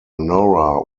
nora